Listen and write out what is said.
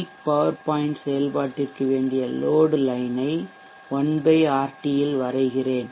peak power point செயல்பாட்டிற்கு வேண்டிய load லைனை 1 Rt இல் வரைகிறேன்